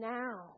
now